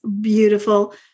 beautiful